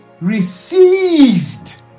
received